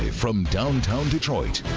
from downtown detroit,